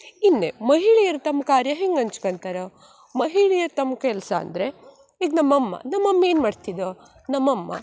ಇನ್ನು ಮಹಿಳೆಯರು ತಮ್ಮ ಕಾರ್ಯ ಹೆಂಗೆ ಹಂಚ್ಕಂತರ ಮಹಿಳೆಯರು ತಮ್ಮ ಕೆಲಸ ಅಂದರೆ ಈಗ ನಮ್ಮ ಅಮ್ಮ ನಮ್ಮ ಅಮ್ಮ ಏನು ಮಾಡ್ತಿದ ನಮ್ಮ ಅಮ್ಮ